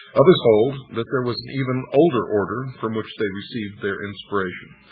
others hold that there was an even older order from which they received their inspiration.